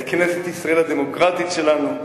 את כנסת ישראל הדמוקרטית שלנו,